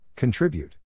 Contribute